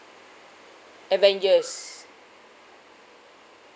avengers